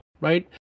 right